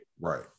right